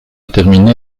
terminé